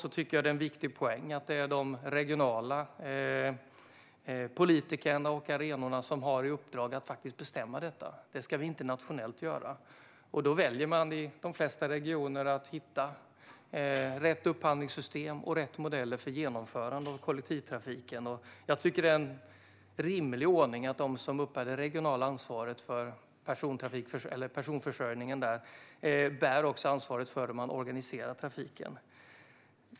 Det finns tvärtom en viktig poäng i att det är de regionala politikerna och arenorna som har i uppdrag att bestämma detta. Det ska inte göras nationellt. De flesta regioner väljer att hitta rätt upphandlingssystem och rätt modeller för genomförande av kollektivtrafiken. Och det är en rimlig ordning att de som uppbär det regionala ansvaret för kollektivtrafikförsörjningen också bär ansvaret för hur trafiken ska organiseras.